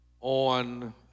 on